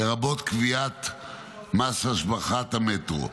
לרבות קביעת מס השבחת המטרו.